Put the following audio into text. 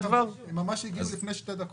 הן הגיעו ממש לפני שתי דקות.